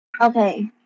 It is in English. Okay